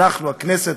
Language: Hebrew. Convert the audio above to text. הכנסת,